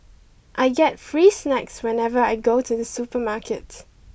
I get free snacks whenever I go to the supermarket